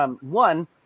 One